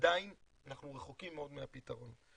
עדיין אנחנו רחוקים מאוד מהפתרון.